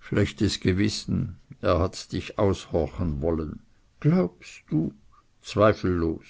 schlechtes gewissen er hat dich aushorchen wollen glaubst du zweifellos